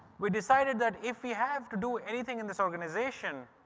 we decided that if we have to do anything in this organisation,